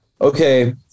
okay